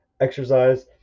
Exercise